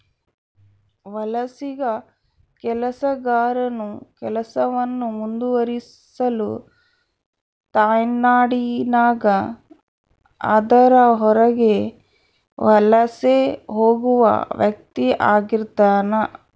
ವಲಸಿಗ ಕೆಲಸಗಾರನು ಕೆಲಸವನ್ನು ಮುಂದುವರಿಸಲು ತಾಯ್ನಾಡಿನಾಗ ಅದರ ಹೊರಗೆ ವಲಸೆ ಹೋಗುವ ವ್ಯಕ್ತಿಆಗಿರ್ತಾನ